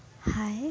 Hi